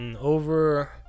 Over